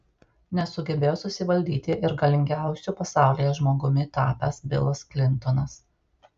nesugebėjo susivaldyti ir galingiausiu pasaulyje žmogumi tapęs bilas klintonas